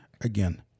again